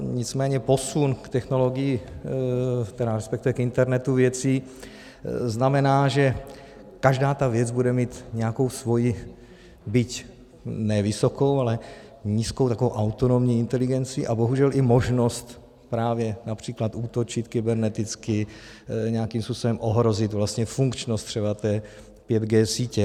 Nicméně posun k technologii, tedy resp. k internetu věcí, znamená, že každá ta věc bude mít nějakou svoji, byť ne vysokou, ale nízkou takovou autonomii, inteligenci a bohužel i možnost právě například útočit kyberneticky, nějakým způsobem ohrozit vlastně funkčnost třeba té 5G sítě.